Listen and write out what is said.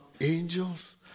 angels